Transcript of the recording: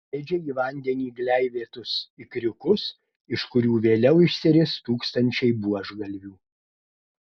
leidžia į vandenį gleivėtus ikriukus iš kurių vėliau išsiris tūkstančiai buožgalvių